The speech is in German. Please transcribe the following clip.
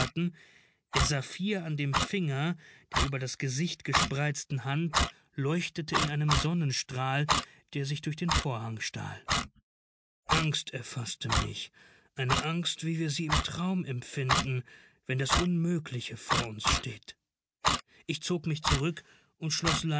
der saphir an dem finger der über das gesicht gespreizten hand leuchtete in einem sonnenstrahl der sich durch den vorhang stahl angst erfaßte mich eine angst wie wir sie im traum empfinden wenn das unmögliche vor uns steht ich zog mich zurück und schloß